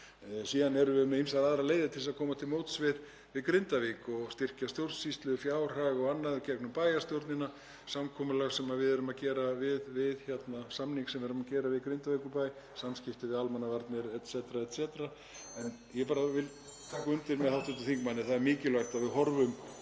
Síðan erum við með ýmsar aðrar leiðir til að koma til móts við Grindavík og styrkja stjórnsýslu, fjárhag og annað í gegnum bæjarstjórnina, samkomulag sem við erum að gera, samningur sem við erum að gera við Grindavíkurbæ, samskipti við almannavarnir o.s.frv. En ég vil bara taka undir með hv. þingmanni að það er mikilvægt að við horfumst